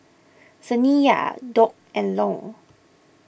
Saniya Doc and Long